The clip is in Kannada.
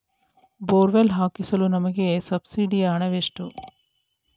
ಬೋರ್ವೆಲ್ ಹಾಕಿಸಲು ನಮಗೆ ಸಬ್ಸಿಡಿಯ ಹಣವೆಷ್ಟು?